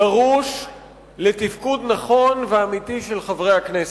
דרוש לתפקוד נכון ואמיתי של חברי הכנסת.